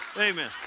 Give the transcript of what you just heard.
Amen